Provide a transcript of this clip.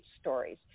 stories